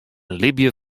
libje